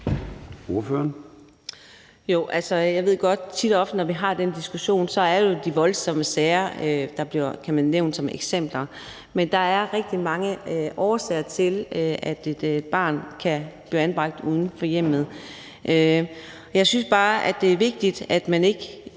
tit og ofte, når vi har den diskussion, så er de voldsomme sager, der bliver nævnt som eksempler. Men der er rigtig mange årsager til, at et barn kan blive anbragt uden for hjemmet, og jeg synes bare, det er vigtigt, at man